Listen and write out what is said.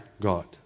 God